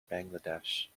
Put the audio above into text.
bangladesh